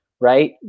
right